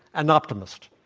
an optimist.